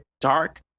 dark